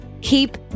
Keep